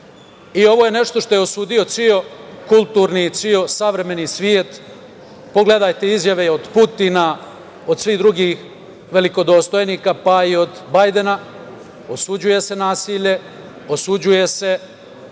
I ovo je nešto što je osudio ceo kulturni i ceo savremeni svet. Pogledajte izjave i od Putina, od svih drugih velikodostojnika, pa i od Bajdena, osuđuje se nasilje. Osuđuje se